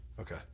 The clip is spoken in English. Okay